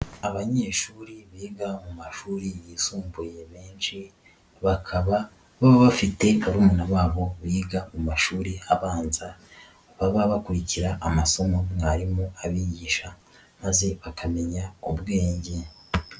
Abanyeshuri biga mu mashuri yisumbuye menshi, bakaba baba bafite barumuna babo biga mu mashuri abanza, baba bakurikira amasomo mwarimu abigisha maze bakamenya ku bwenge.